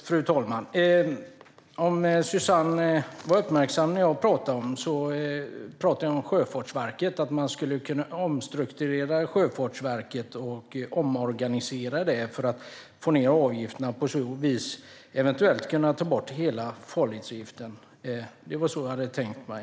Fru talman! Om Suzanne Svensson var uppmärksam på vad jag talade om så hörde hon att jag sa att man skulle kunna omstrukturera och omorganisera Sjöfartsverket för att sänka avgifterna och på så vis eventuellt ta bort hela farledsavgiften. Det var så jag hade tänkt mig.